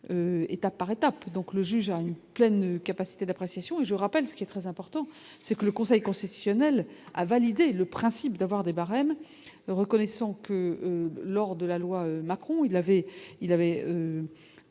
étape Aretha donc le juge a une pleine capacité d'appréciation et je rappelle ce qui est très important, c'est que le Conseil constitutionnel a validé le principe d'avoir des barèmes, reconnaissant que lors de la loi Macron il avait,